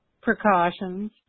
precautions